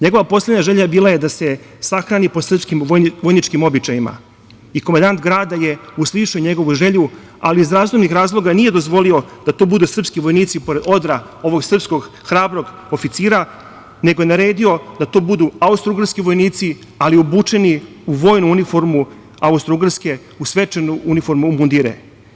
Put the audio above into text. Njegova poslednja želja je bila da se sahrani po srpskim vojničkim običajima i komandant grada je uslišio njegovu želju ali iz zdravstvenih razloga nije dozvolio da tu budu srpski vojnici pored odra ovog srpskog hrabrog oficira, nego je naredio da to budu austrougarski vojnici, ali obučeni u vojnu uniformu austrougarske, u svečanu uniformu, mundire.